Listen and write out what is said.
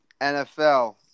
NFL